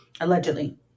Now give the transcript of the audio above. allegedly